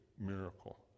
miracle